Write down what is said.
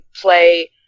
play